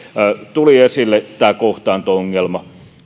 tuli esille tämä kohtaanto ongelma